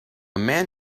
man